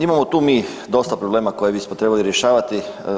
Imamo mi tu dosta problema koje bismo trebali rješavati.